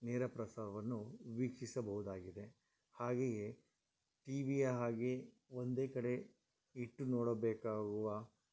ನೇರಪ್ರಸಾರವನ್ನು ವೀಕ್ಷಿಸಬಹುದಾಗಿದೆ ಹಾಗೆಯೆ ಟಿವಿಯ ಹಾಗೆ ಒಂದೇ ಕಡೆ ಇಟ್ಟು ನೋಡಬೇಕಾಗುವ